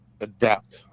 adapt